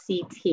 CT